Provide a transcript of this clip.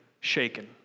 shaken